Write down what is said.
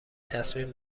تصمیم